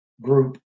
group